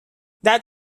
that